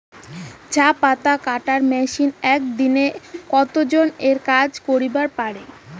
চা পাতা কাটার মেশিন এক দিনে কতজন এর কাজ করিবার পারে?